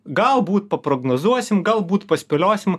galbūt paprognozuosim galbūt paspėliosim